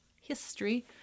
history